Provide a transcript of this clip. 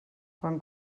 quan